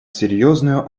серьезную